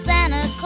Santa